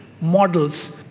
models